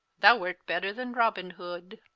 thou wert better then robin hoode.